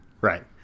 right